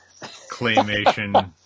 claymation